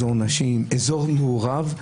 אזור נשים ואזור מעורב.